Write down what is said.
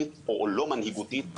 ונמצאים בחוסר